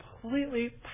completely